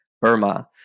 Burma